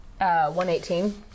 118